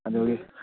ꯑꯗꯨꯒꯤ